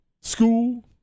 school